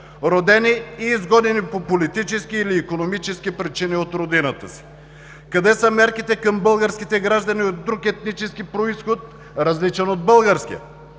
родени и изгонени по политически или икономически причини от родината си? Къде са мерките към българските граждани от друг етнически произход, различен от българския,